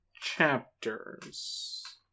chapters